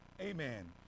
amen